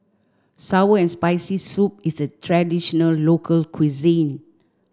sour and spicy soup is a traditional local cuisine